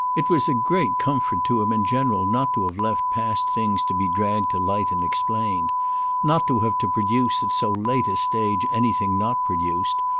it was a great comfort to him in general not to have left past things to be dragged to light and explained not to have to produce at so late a stage anything not produced,